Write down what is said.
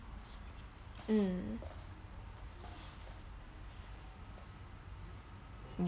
mm